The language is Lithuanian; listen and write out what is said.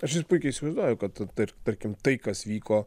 aš ir puikiai įsivaizduoju kad tar tarkim tai kas vyko